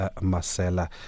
Marcella